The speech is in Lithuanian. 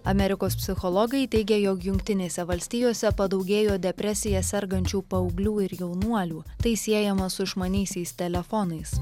amerikos psichologai teigia jog jungtinėse valstijose padaugėjo depresija sergančių paauglių ir jaunuolių tai siejama su išmaniaisiais telefonais